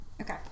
Okay